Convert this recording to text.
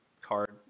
card